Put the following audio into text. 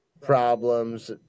problems